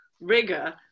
rigor